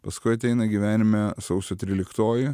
paskui ateina gyvenime sausio tryliktoji